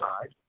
side